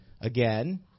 again